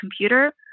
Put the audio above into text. computer